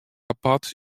apart